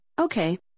Okay